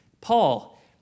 Paul